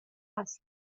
است